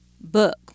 book